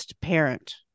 parent